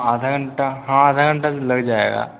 आधा घंटा हाँ आधा घंटा लग जाएगा